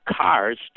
cars